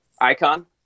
Icon